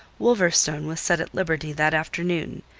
wolverstone was set at liberty that afternoon,